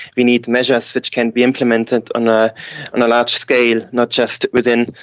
we need measures which can be implemented on ah on a large scale, not just within,